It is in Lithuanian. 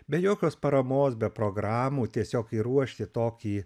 be jokios paramos be programų tiesiog ruošti tokį